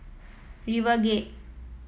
RiverGate